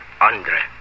Andre